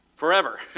forever